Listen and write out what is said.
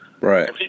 right